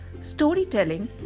storytelling